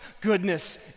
goodness